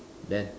then